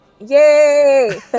Yay